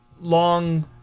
long